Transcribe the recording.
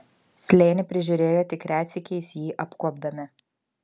slėnį prižiūrėjo tik retsykiais jį apkuopdami